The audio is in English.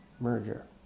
Merger